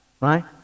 right